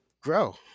grow